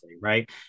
Right